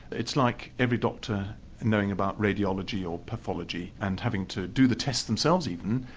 it's like every doctor knowing about radiology, or pathology and having to do the test themselves even,